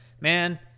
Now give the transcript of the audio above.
man